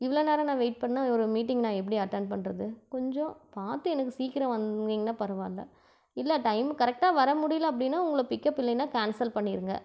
இவ்வளோ நேரம் நான் வெயிட் பண்ணிணா ஒரு மீட்டிங் நான் எப்படி அட்டன்ட் பண்ணுறது கொஞ்சம் பார்த்து எனக்கு சீக்கிரம் வந்தீங்கனால் பரவாயில்லை இல்லை டைமுக்கு கரெக்டாக வர முடியல அப்படின்னா உங்களை பிக்கப் இல்லைன்னா கேன்சல் பண்ணிடுங்க